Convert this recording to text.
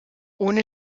ohne